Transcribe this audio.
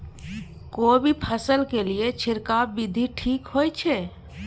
कोबी फसल के लिए छिरकाव विधी ठीक होय छै?